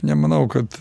nemanau kad